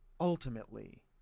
ultimately